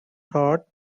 thought